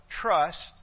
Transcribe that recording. trust